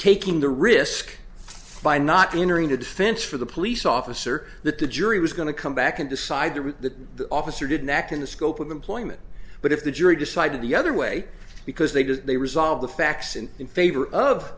taking the risk by not entering the defense for the police officer that the jury was going to come back and decide the route that the officer didn't act in the scope of employment but if the jury decided the other way because they did they resolve the facts in in favor